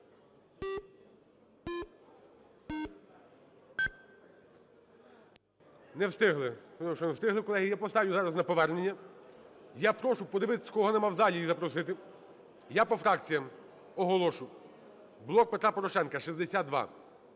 не встигли колеги. Я поставлю зараз на повернення. Я прошу подивитись, кого нема в залі, і запросити. Я по фракціях оголошу. "Блок Петра Порошенка" –